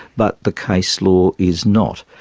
but the case law is not.